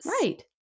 right